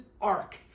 ark